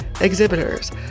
exhibitors